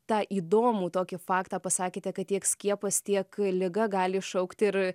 tą įdomų tokį faktą pasakėte kad tiek skiepas tiek liga gali iššaukt ir